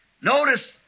Notice